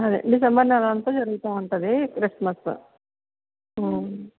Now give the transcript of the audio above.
అదే డిసెంబర్ నెలంతా జరుగుతావుంటది క్రిస్మస్